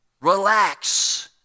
Relax